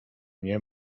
nie